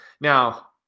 Now